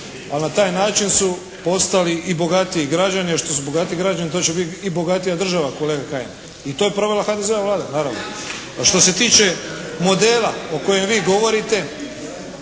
Ali na taj način su postali i bogatiji građani. Jer što su bogatiji građani to će biti i bogatija država kolega Kajin. I to je provela HDZ-ova Vlada naravno. A što se tiče modela o kojem vi govorite,